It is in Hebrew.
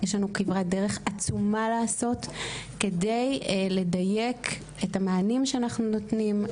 יש לנו כברת דרך עצומה לעשות כדי לדייק את המענים שאנחנו נותנים,